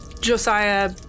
Josiah